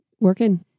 working